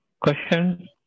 question